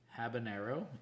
habanero